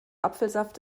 apfelsaft